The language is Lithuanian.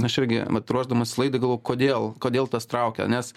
aš irgi vat ruošdamasis laidai galvojau kodėl kodėl tas traukia nes